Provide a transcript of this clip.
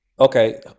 Okay